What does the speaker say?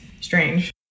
strange